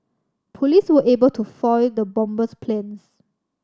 police were able to foil the bomber's plans